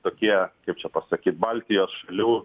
tokie kaip čia pasakyt baltijos šalių